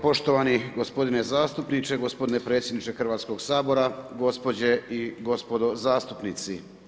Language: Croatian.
Poštovani gospodine zastupniče, gospodine predsjednike Hrvatskog sabora, gospođe i gospodo zastupnici.